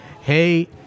hey